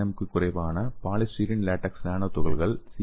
M க்கும் குறைவான polystyrene latex nano துகள்கள் சி